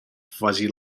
fuzzy